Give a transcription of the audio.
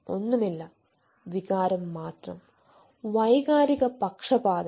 ഒന്നുമില്ല വികാരം മാത്രം വൈകാരിക പക്ഷപാതം